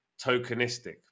tokenistic